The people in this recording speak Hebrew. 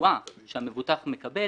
התשואה שהמבוטח מקבל